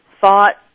thought